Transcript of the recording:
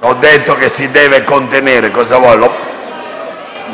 Ho detto che si deve contenere.